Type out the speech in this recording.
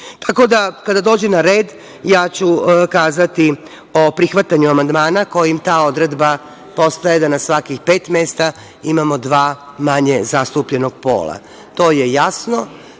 da, kada dođe na red, ja ću kazati o prihvatanju amandmana kojim ta odredba postaje da na svakih pet mesta imamo dva manje zastupljenog pola. To je jasno,